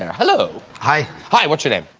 hello. hi hi what's your name?